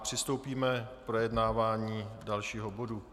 Přistoupíme k projednávání dalšího bodu.